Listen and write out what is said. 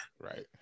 Right